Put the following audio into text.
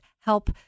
help